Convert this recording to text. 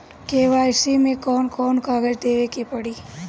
KYC मे कौन कौन कागज देवे के पड़ी?